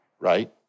right